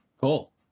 Cool